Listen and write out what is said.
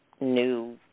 new